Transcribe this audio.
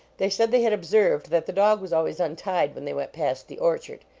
they said they had observed that the dog was always untied when they went past the orchard,